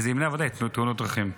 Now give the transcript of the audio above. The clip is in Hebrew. וזה ימנע ודאי תאונות דרכים.